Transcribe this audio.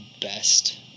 best